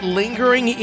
lingering